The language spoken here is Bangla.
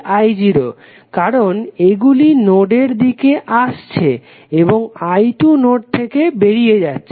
i2i33I0 কারণ এইগুলি নোডের দিকে আসছে এবং i2 নোড থেকে বাইরে যাচ্ছে